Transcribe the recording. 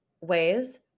ways